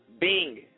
Bing